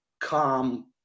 calm